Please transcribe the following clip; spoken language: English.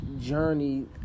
journey